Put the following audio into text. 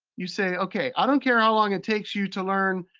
you say, okay, i don't care how long it takes you to learn,